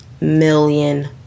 million